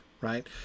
right